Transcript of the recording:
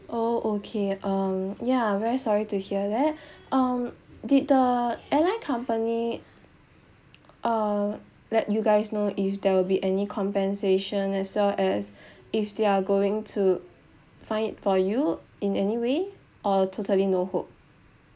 orh okay um ya very sorry to hear that um did the airline company uh let you guys know if there will be any compensation as well as if they are going to find it for you in any way or totally no hope